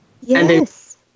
Yes